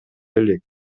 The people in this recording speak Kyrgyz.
элек